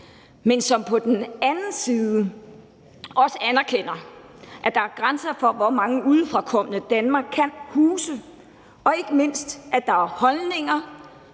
men som på den anden side også anerkender, at der er grænser for, hvor mange udefrakommende Danmark kan huse, og ikke mindst, at der er holdninger,